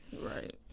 Right